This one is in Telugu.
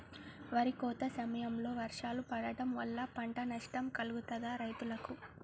వరి కోత సమయంలో వర్షాలు పడటం వల్ల పంట నష్టం కలుగుతదా రైతులకు?